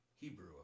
Hebrew